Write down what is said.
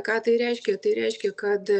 ką tai reiškia tai reiškia kad